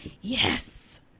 yes